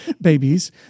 babies